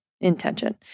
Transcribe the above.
intention